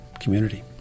community